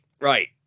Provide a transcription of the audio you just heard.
Right